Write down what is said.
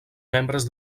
membres